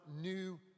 new